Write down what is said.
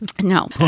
No